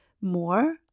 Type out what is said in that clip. more